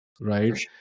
right